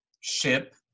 ship